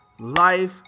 Life